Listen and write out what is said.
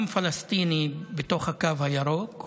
גם פלסטיני בתוך הקו הירוק.